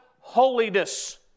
holiness